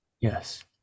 Yes